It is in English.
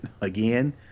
Again